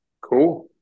Cool